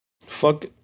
Fuck